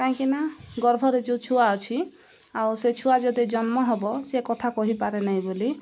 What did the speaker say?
କାହିଁକିନା ଗର୍ଭରେ ଯେଉଁ ଛୁଆ ଅଛି ଆଉ ସେ ଛୁଆ ଯଦି ଜନ୍ମ ହବ ସେ କଥା କହିପାରେ ନାହିଁ ବୋଲି